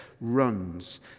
runs